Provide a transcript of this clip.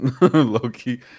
low-key